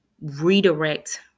redirect